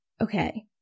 okay